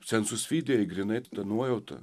sensus fidėri grynai nuojauta